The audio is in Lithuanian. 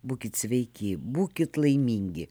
būkit sveiki būkit laimingi